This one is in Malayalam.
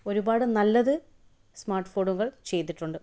ഒരുപാട് നല്ലത് സ്മാർട്ട് ഫോണുകൾ ചെയ്തിട്ടുണ്ട്